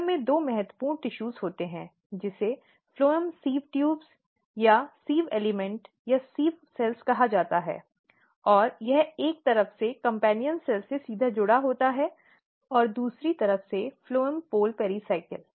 phloem में दो महत्वपूर्ण टिशू होते हैं जिसे फ्लोएम सिव़ ट्यूब या सिव़ एलिमेंट या सिव़ कोशिकाएं कहा जाता है और यह एक तरफ से कम्पेन्यन कोशिका से सीधे जुड़ा होता है और दूसरी तरफ से फ्लोएम पोल पेराइकल